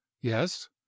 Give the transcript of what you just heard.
yes